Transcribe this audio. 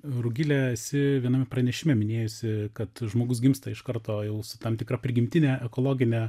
rugile esi viename pranešime minėjusi kad žmogus gimsta iš karto jau su tam tikra prigimtine ekologine